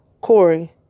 Corey